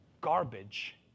garbage